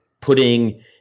putting